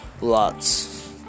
Lots